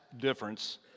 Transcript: difference